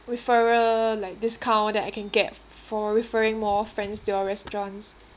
referral like discount that I can get f~ for referring more friends to your restaurants